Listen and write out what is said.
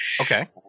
Okay